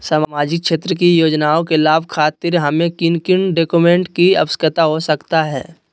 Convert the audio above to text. सामाजिक क्षेत्र की योजनाओं के लाभ खातिर हमें किन किन डॉक्यूमेंट की आवश्यकता हो सकता है?